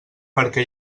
perquè